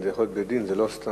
זה יכול להיות בית-דין, זה לא סתם.